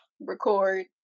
record